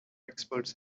experts